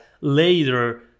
later